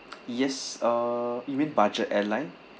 yes uh you mean budget airline